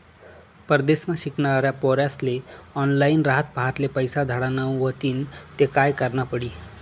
परदेसमा शिकनारा पोर्यास्ले ऑनलाईन रातपहाटले पैसा धाडना व्हतीन ते काय करनं पडी